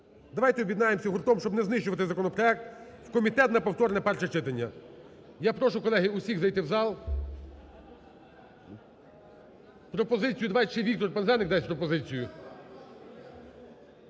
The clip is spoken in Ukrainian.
Давайте об'єднаємося гуртом, щоб не знищувати законопроект, в комітет на повторне перше читання. Я прошу, колеги, усіх зайти в зал. Пропозицію… давайте ще Віктор Пинзеник дасть пропозицію.